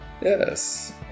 yes